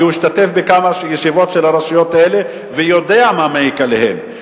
הוא השתתף בכמה ישיבות של הרשויות האלה ויודע מה מעיק עליהן.